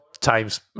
times